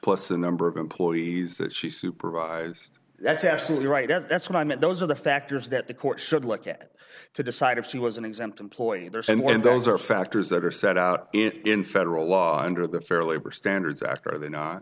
plus the number of employees that she supervised that's absolutely right and that's what i meant those are the factors that the court should look at to decide if she was an exempt employee there and what and those are factors that are set out in federal law under the fair labor standards act are they not